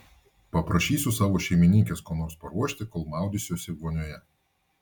paprašysiu savo šeimininkės ko nors paruošti kol maudysiuosi vonioje